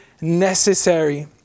necessary